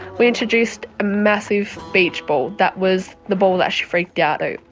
we introduced a massive beachball that was the ball that she freaked out over.